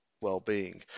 well-being